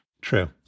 true